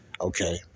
Okay